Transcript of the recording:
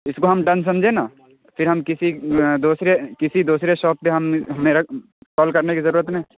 اس کو ہم ڈن سمجھیں نا پھر ہم کسی دوسرے کسی دوسرے شاپ پہ ہم میرا کال کرنے کی ضرورت نہیں